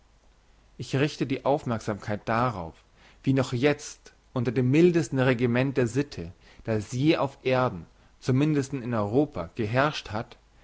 ich richte die aufmerksamkeit darauf wie noch jetzt unter dem mildesten regiment der sitte das je auf erden zum mindesten in europa geherrscht hat